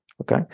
Okay